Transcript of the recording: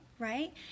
right